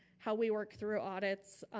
how we work through audits,